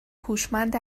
هوشمند